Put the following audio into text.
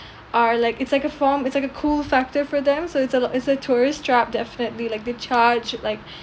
are like it's like a form it's like a cool factor for them so it's a it's a tourist trap definitely like they charge like